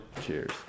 Cheers